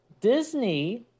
Disney